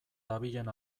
dabilen